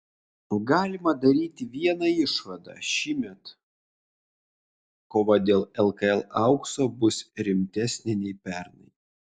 galima daryti vieną išvadą šiemet kova dėl lkl aukso bus rimtesnė nei pernai